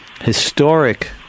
historic